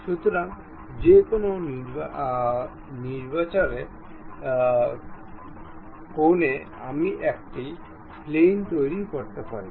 সুতরাং যে কোনও নির্বিচারে কোণে আমি একটি প্লেন তৈরি করতে পারি